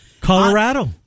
Colorado